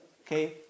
okay